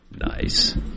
Nice